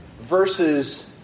Versus